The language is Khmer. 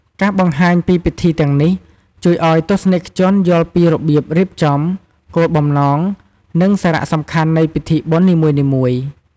ការបង្ហាញពីពិធីទាំងនេះ ជួយឱ្យទស្សនិកជនយល់ពីរបៀបរៀបចំ គោលបំណង និងសារៈសំខាន់នៃពិធីបុណ្យនីមួយៗ ។